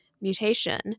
mutation